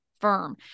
firm